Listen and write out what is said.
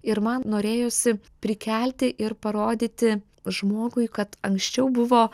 ir man norėjosi prikelti ir parodyti žmogui kad anksčiau buvo